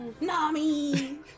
Nami